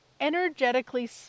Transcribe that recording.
energetically